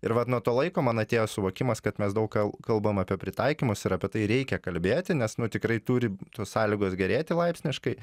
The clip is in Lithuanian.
ir vat nuo to laiko man atėjo suvokimas kad mes daug kal kalbam apie pritaikymus ir apie tai reikia kalbėti nes nu tikrai turi tos sąlygos gerėti laipsniškai